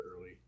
early